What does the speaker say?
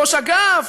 ראש אגף,